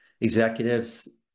executives